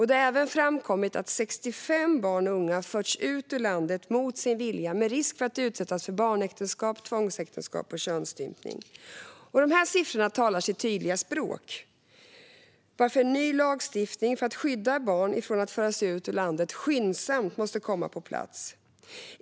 Det har även framkommit att 65 barn och unga har förts ut ur landet mot sin vilja, med risk för att utsättas för barnäktenskap, tvångsäktenskap och könsstympning. Dessa siffror talar sitt tydliga språk varför ny lagstiftning för att skydda barn från att föras ut ur landet skyndsamt måste komma på plats.